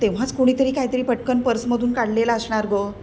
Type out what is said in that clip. तेव्हाच कुणीतरी काहीतरी पटकन पर्समधून काढलेला असणार गं